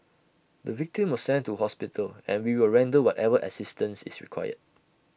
the victim was sent to hospital and we will render whatever assistance is required